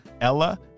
Ella